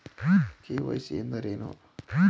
KYC ಎಂದರೇನು?